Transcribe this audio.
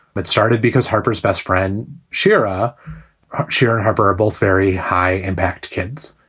but started because harper's best friend, shira shira harper, both very high impact kids,